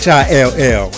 Hill